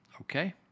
Okay